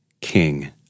King